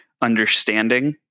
understanding